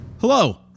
Hello